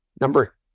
number